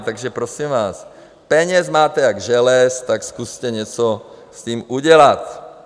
Takže prosím vás, peněz máte jak želez, tak zkuste něco s tím udělat.